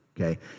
okay